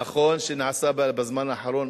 נכון שנעשה בזמן האחרון,